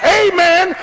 amen